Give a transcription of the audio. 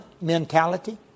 mentality